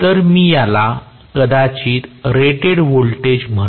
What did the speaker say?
तर मी याला कदाचित रेटेड व्होल्टेज म्हणू